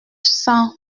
cent